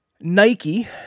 Nike